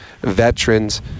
veterans